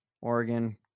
oregon